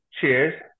Cheers